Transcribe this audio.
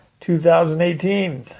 2018